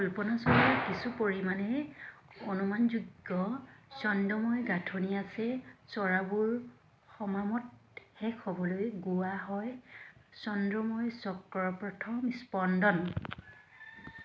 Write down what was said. কল্পনাশ্বৰৰ কিছু পৰিমাণে অনুমানযোগ্য ছন্দময় গাঁথনি আছে স্বৰাবোৰ সমামত শেষ হ'বলৈ গোৱা হয় ছন্দময় চক্ৰৰ প্ৰথম স্পন্দন